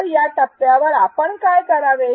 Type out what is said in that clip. तर या टप्प्यावर आपण काय करावे